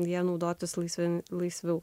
ja naudotis laisviau laisviau